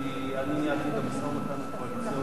כי אני ניהלתי את המשא-ומתן הקואליציוני,